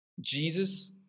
Jesus